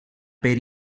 per